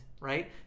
right